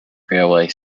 railway